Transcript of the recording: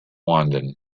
london